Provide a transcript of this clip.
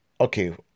Okay